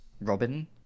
Robin